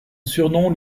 surnom